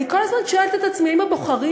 אני כל הזמן שואלת את עצמי: האם הבוחרים